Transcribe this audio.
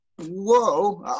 Whoa